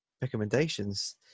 recommendations